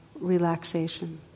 relaxation